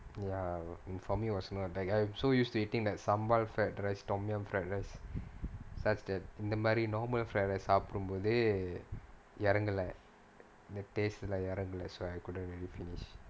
ya and for me was not like I was so used to eating that sambal fried rice tom yum fried rice such that இந்த மாரி:intha maari normal fried rice சாப்டும்போது இறங்கல:saapudum pothu irangala the taste எல்லாம் இறங்கல:ellaam irangala that's why I couldn't really finish